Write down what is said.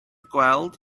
gweld